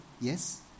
Yes